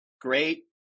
great